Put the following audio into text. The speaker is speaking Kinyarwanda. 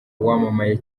wamamaye